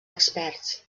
experts